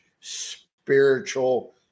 spiritual